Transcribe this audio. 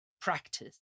practice